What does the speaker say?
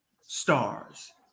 stars